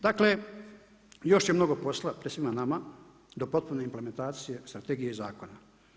Dakle, još je mnogo posla pred svima nama, do potpune implementacije, strategije i zakona.